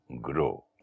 grow